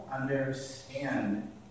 understand